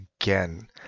again